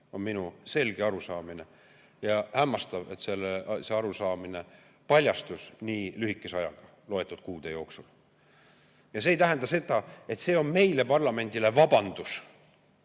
on minu selge arusaamine. Hämmastav, et see arusaamine paljastus nii lühikese ajaga, loetud kuude jooksul. Ja see ei tähenda seda, et see on meile, parlamendile, vabandus.